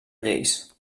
lleis